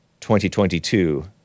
2022